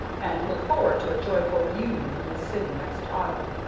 and look forward to a joyful reunion in this city next autumn.